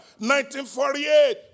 1948